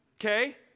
okay